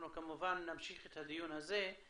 אנחנו כמובן נמשיך את הדיון הזה,